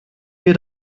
wir